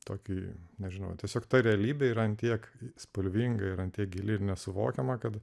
tokį nežinau tiesiog ta realybė yra tiek spalvinga įrantė gili ir nesuvokiama kad